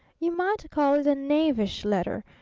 you might call it a knavish letter.